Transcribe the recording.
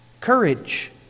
courage